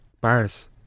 bars